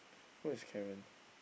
who is Karen